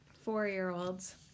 four-year-olds